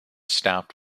staffed